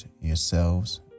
yourselves